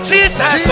Jesus